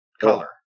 color